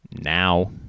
now